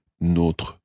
notre